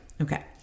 okay